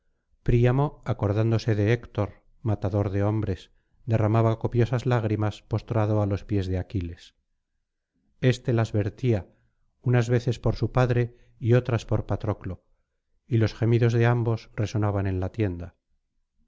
príamo acordándose de héctor matador de hombres derramaba copiosas lágrimas postrado á los pies de aquiles éste las vertía unas veces por su padre y otras por patroclo y los gemidos de ambos resonaban en la tienda